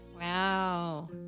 Wow